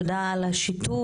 תודה על השיתוף.